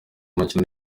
y’umukino